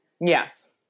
Yes